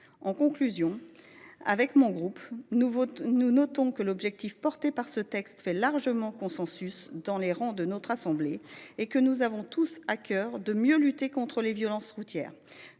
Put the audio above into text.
En conclusion, nous notons que l’objectif de ce texte fait largement consensus dans les rangs de notre assemblée et que nous avons tous à cœur de mieux lutter contre les violences routières.